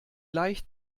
leicht